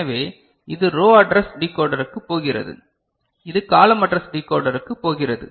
எனவே இது row address டிகோடருக்குப் போகிறது இது காலம் அட்ரஸ் டிகோடருக்குப் போகிறது